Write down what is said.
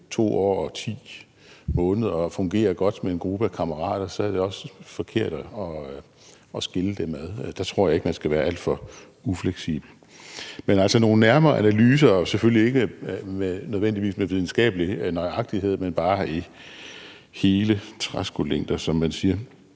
2 år og 10 måneder og fungerer godt med en gruppe kammerater, så er det forkert at skille dem ad. Der tror jeg ikke at man skal være alt for ufleksibel. Men altså, jeg savner nogle nærmere analyser – selvfølgelig ikke nødvendigvis med videnskabelig nøjagtighed, men bare i hele træskolængder, som man siger.